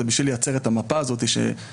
זה בשביל לייצר את המפה הזאת שנותנת